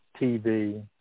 TV